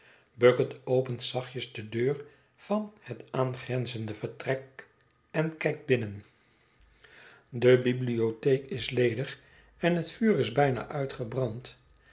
bucket opent zachtjes de deur van het aangrenzende vertrek en kijkt binnen de bibliohet verlaten huis theek is ledig en het vuur is bijna uitgebrand